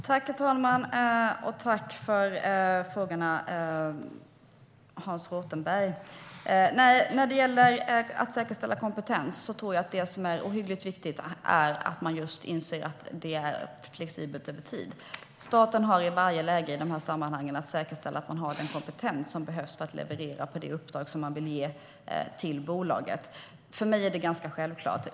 Herr talman! Jag tackar Hans Rothenberg för frågorna. När det gäller att säkerställa kompetens tror jag att det är ohyggligt viktigt att man inser att detta är flexibelt över tid. Staten har i varje läge i de här sammanhangen att säkerställa att man har den kompetens som behövs för att leverera i enlighet med uppdraget till bolaget. För mig är det ganska självklart.